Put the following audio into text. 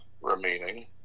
remaining